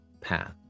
path